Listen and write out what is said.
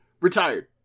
Retired